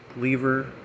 Lever